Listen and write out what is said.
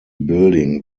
building